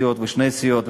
שתי סיעות ושתי סיעות,